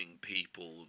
people